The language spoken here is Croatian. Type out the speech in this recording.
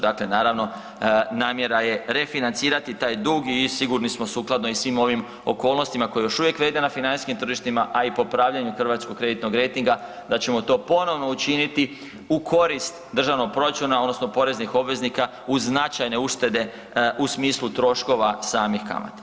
Dakle, naravno namjera je refinancirati taj dug i sigurni smo sukladno i svim ovim okolnostima koje još uvijek vrijede na financijskim tržištima, a i popravljanju hrvatskog kreditnog rejtinga da ćemo to ponovno učiniti u korist državnog proračuna odnosno poreznih obveznika uz značajne uštede u smislu troškova samih kamata.